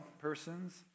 persons